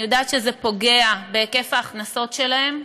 אני יודעת שזה פוגע בהיקף ההכנסות שלהם,